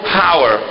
power